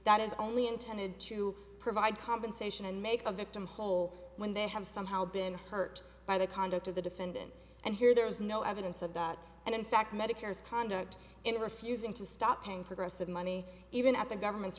that is only intended to provide compensation and make the victim whole when they have somehow been hurt by the conduct of the defendant and here there is no evidence of that and in fact medicare's conduct in refusing to stop paying progressive money even at the government's